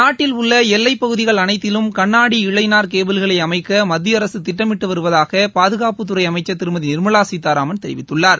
நாட்டில் உள்ள எல்லைப்பகுதிகள் அனைத்திலும் கண்ணாடி இழைநார் கேபிள்களை அமைக்க மத்தியஅரக திட்டமிட்டு வருவதாக பாதுகாப்புத்துறை அமைச்சர் திரு நிர்மலா சீத்தாராமன் தெரிவித்துள்ளார்